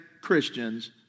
Christians